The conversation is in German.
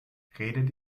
redet